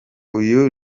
uyu